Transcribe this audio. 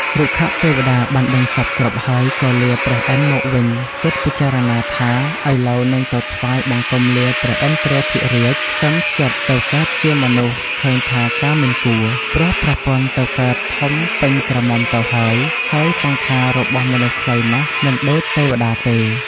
រុក្ខទេវតាបានដឹងសព្វគ្រប់ហើយ ក៏លាព្រះឥន្ធមកវិញគិតពិចារណាថា “ឥឡូវនឹងទៅថ្វាយ បង្គំលាព្រះឥន្ទ្រាធិរាជសុំច្យុតទៅកើតជាមនុស្សឃើញថាការមិនគួរ ព្រោះប្រពន្ធទៅកើតធំពេញក្រមុំទៅហើយ ហើយ សង្ខាររបស់មនុស្សខ្លីណាស់មិនដូចទេវតាទេ ”។